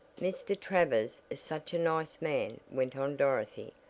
mr. travers is such a nice man, went on dorothy,